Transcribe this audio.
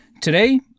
Today